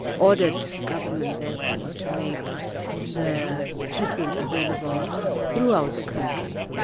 ordered government therefore to make the treatment available throughout the country,